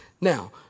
Now